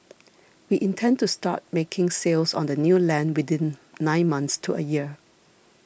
we intend to start making sales on the new land within nine months to a year